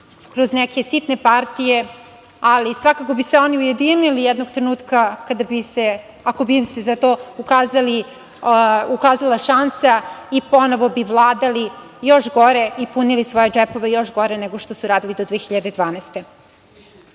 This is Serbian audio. kroz neke sitne partije, ali svakako bi se oni ujedinili jednog trenutka, ako bi im se za to ukazala šansa i ponovo bi vladali još gore i punili svoje džepove još gore nego što su radili do 2012.